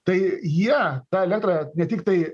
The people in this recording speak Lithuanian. tai jie tą elektrą ne tiktai